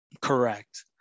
Correct